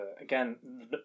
again